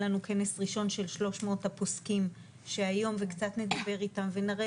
לנו כנס ראשון של 300 הפוסקים וקצת נדבר איתם ונראה